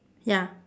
ya